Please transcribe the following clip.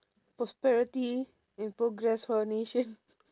prosperity and progress for our nation